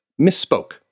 misspoke